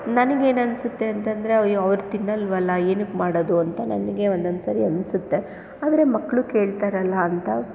ನನಗೇನನ್ಸುತ್ತೆ ಅಂತಂದರೆ ಅಯ್ಯೋ ಅವರು ತಿನ್ನಲ್ವಲ್ಲ ಏನಕ್ ಮಾಡೋದು ಅಂತ ನನಗೆ ಒಂದೊಂದ್ಸರಿ ಅನಿಸುತ್ತೆ ಆದರೆ ಮಕ್ಕಳು ಕೇಳ್ತಾರಲ್ಲ ಅಂತ